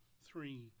three